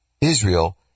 Israel